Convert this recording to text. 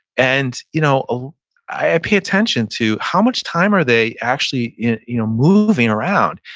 and you know ah i ah pay attention to how much time are they actually in you know moving around.